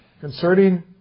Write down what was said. concerning